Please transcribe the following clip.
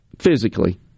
Physically